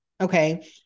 Okay